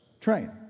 Train